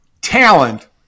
talent